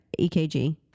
EKG